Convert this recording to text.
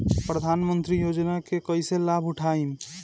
प्रधानमंत्री योजना के कईसे लाभ उठाईम?